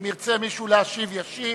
אם ירצה מישהו להשיב, ישיב.